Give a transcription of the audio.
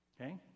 Okay